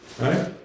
right